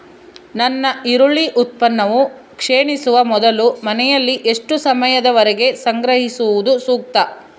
ನನ್ನ ಈರುಳ್ಳಿ ಉತ್ಪನ್ನವು ಕ್ಷೇಣಿಸುವ ಮೊದಲು ಮನೆಯಲ್ಲಿ ಎಷ್ಟು ಸಮಯದವರೆಗೆ ಸಂಗ್ರಹಿಸುವುದು ಸೂಕ್ತ?